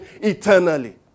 eternally